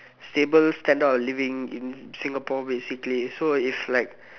stable standard of living in Singapore basically so it's like